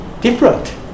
different